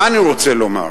מה אני רוצה לומר?